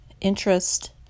interest